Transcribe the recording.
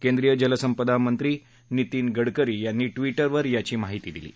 केंद्रीय जलसंपदा मंत्री नितीन गडकरी यांनी ट्वीटरवर याची माहिती दिली आहे